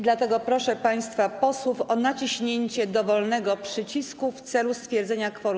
Dlatego proszę państwa posłów o naciśnięcie dowolnego przycisku w celu stwierdzenia kworum.